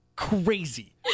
crazy